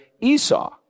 Esau